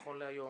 נכון להיום?